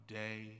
day